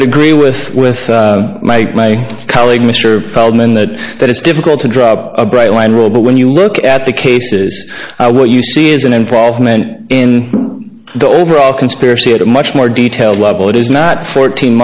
would agree with with my colleague mr feldman that that it's difficult to draw a bright line rule but when you look at the cases what you see is an improvement in the overall conspiracy at a much more detailed level it is not fourteen